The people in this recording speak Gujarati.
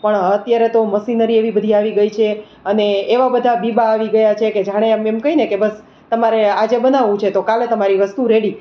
પણ અત્યારે તો મશીનરી એવી બધી આવી ગઈ છે અને એવા બધા બીબા આવી ગયા છે કે જાણે એમ એમ કહીએને કે બસ તમારે આજે બનાવું છે તો કાલે તમારી વસ્તુ રેડી